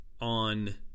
on